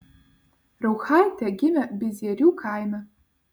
rauchaitė gimė bizierių kaime